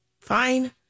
Fine